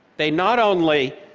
they not only